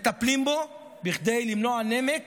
מטפלים בו כדי למנוע נמק